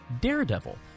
Daredevil